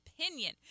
opinion